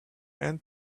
and